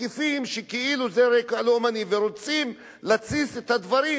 מתקיפים שכאילו שזה על רקע לאומני ורוצים להתסיס את הדברים,